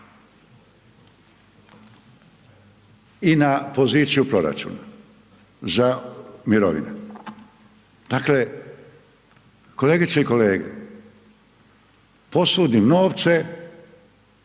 i na poziciju proračuna za mirovine. Dakle, kolegice i kolege, posudim novce,